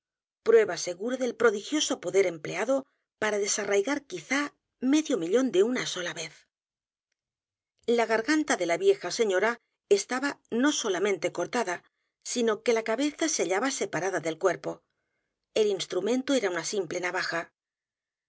prueba segura del prodigioso poder empleado para desarraigar quizá medio millón de una sola vez la g a r g a n t a de la vieja señora estaba no solamente cortada sino que la cabeza se hallaba s e p a r a d